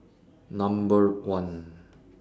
Number one